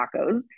tacos